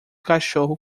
cachorro